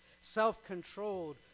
Self-controlled